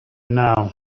now